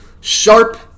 sharp